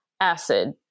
acid